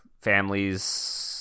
families